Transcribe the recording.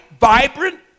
vibrant